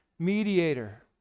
Mediator